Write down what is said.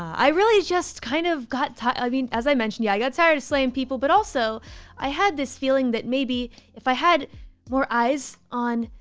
i really just kind of got. i mean, as i mentioned, yeah, i got tired of slaying people, but also i had this feeling that maybe if i had more eyes on.